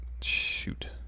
shoot